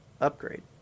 upgrade